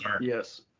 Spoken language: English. Yes